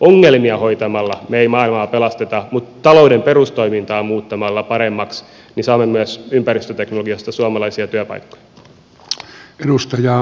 ongelmia hoitamalla me emme maa ilmaa pelasta mutta talouden perustoimintaa muuttamalla paremmaksi saamme myös ympäristöteknologiasta suomalaisia työpaikkoja